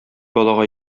балага